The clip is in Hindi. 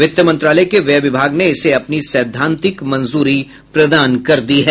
वित्त मंत्रालय के व्यय विभाग ने इसे अपनी सैद्धांतिक मंजूरी प्रदान कर दी है